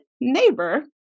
neighbor